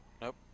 Nope